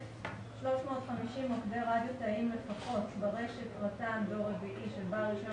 350 מוקדי רדיו תאיים לפחות ברשת רט"ן דור רביעי של בעל רישיון